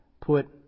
put